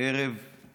י"ט